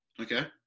Okay